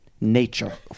nature